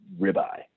ribeye